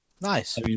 Nice